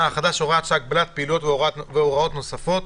החדש (הוראת שעה) (הגבלת פעילויות והוראות נוספות).